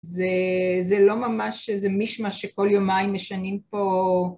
זה לא ממש איזה מישמש שכל יומיים משנים פה...